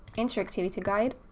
interactivity guide